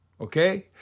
Okay